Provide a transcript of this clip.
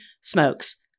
smokes